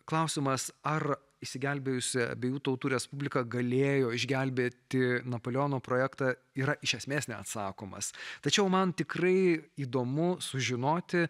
klausimas ar išsigelbėjusi abiejų tautų respublika galėjo išgelbėti napoleono projektą yra iš esmės neatsakomas tačiau man tikrai įdomu sužinoti